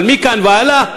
אבל מכאן והלאה,